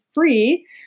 free